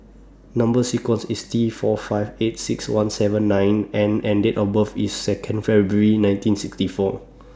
Number sequence IS T four five eight six one seven nine N and Date of birth IS Second February nineteen sixty four